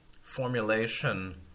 formulation